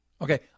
Okay